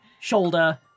shoulder